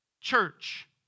church